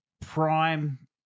prime